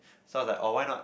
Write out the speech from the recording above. so I was like oh why not